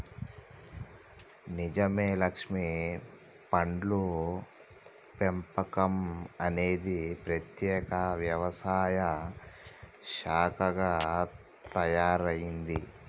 నిజమే లక్ష్మీ పండ్ల పెంపకం అనేది ప్రత్యేక వ్యవసాయ శాఖగా తయారైంది